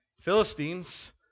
Philistines